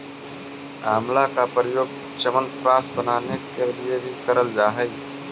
आंवला का प्रयोग च्यवनप्राश बनाने के लिए भी करल जा हई